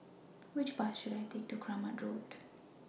Which Bus should I Take to Kramat Road